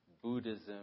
Buddhism